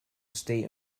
state